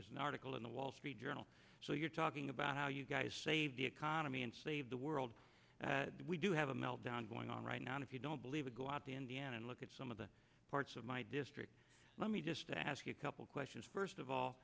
was an article in the wall street journal so you're talking about how you guys save the economy and save the world we do have a meltdown going on right now and if you don't believe it go out and look at some of the parts of my district let me just ask you a couple questions first of all